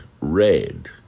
red